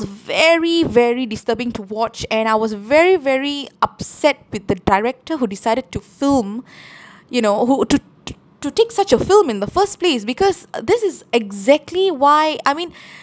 very very disturbing to watch and I was very very upset with the director who decided to film you know who to to to take such a film in the first place because uh this is exactly why I mean